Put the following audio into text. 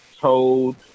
told